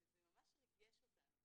זה ממש ריגש אותנו.